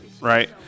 right